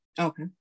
Okay